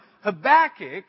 Habakkuk